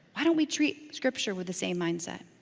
why don't we treat scripture with the same mindset?